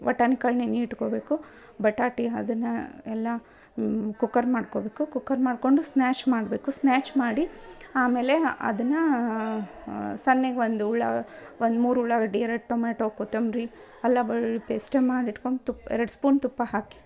ಬಟಾಣಿ ಕಾಳು ನೆನೆ ಇಟ್ಕೋಬೇಕು ಬಟಾಟಿ ಅದನ್ನು ಎಲ್ಲ ಕುಕ್ಕರ್ ಮಾಡ್ಕೋಬೇಕು ಕುಕ್ಕರ್ ಮಾಡಿಕೊಂಡು ಸ್ನ್ಯಾಶ್ ಮಾಡಬೇಕು ಸ್ನ್ಯಾಚ್ ಮಾಡಿ ಆಮೇಲೆ ಅದನ್ನು ಸಣ್ಣಗೆ ಒಂದು ಉಳ್ಳಾ ಒಂದು ಮೂರು ಉಳ್ಳಾಗಡ್ಡಿ ಎರಡು ಟೊಮೇಟೊ ಕೊತ್ತಂಬರಿ ಅಲ್ಲ ಬೆಳ್ಳುಳ್ಳಿ ಪೇಸ್ಟ್ ಮಾಡಿಟ್ಕೊಂಡು ತುಪ್ಪ ಎರಡು ಸ್ಪೂನ್ ತುಪ್ಪ ಹಾಕಿ